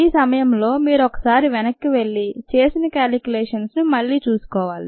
ఈ సమయంలో మీరు ఒకసారి వెనక్కి వెళ్లి చేసిన కాలిక్యూలేషన్ను మళ్లీ సరిచూసుకోవాలి